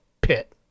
pit